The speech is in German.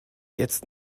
jetzt